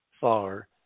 far